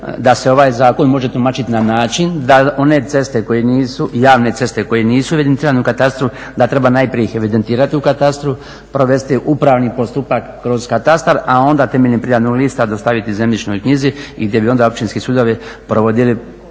da se ovaj zakon može tumačiti na način da one ceste koje nisu, javne ceste koje nisu evidentirane u katastru da treba najprije ih evidentirati u katastru, provesti upravni postupak kroz katastar a onda temeljem prijavnog lista dostaviti zemljišnoj knjizi gdje bi onda Općinski sudovi provodili